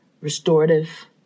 restorative